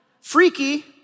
Freaky